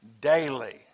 daily